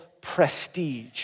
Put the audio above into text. prestige